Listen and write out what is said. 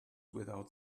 without